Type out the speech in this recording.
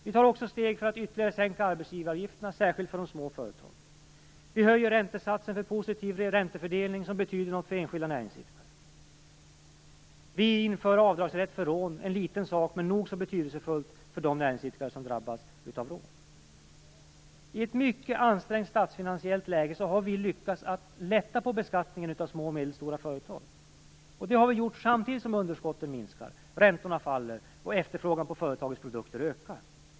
Vi tar också steg för att ytterligare sänka arbetsgivaravgifterna, särskilt för de små företagen. Vi höjer räntesatsen för positiv räntefördelning, vilket får betydelse för enskilda näringsidkare. Vi inför avdragsrätt för rån - en liten sak men nog så betydelsefull för de näringsidkare som drabbas av rån. I ett mycket ansträngt statsfinansiellt läge har vi lyckats lätta på beskattningen av små och medelstora företag. Det har vi gjort samtidigt som underskotten minskar, räntorna faller och efterfrågan på företagens produkter ökar.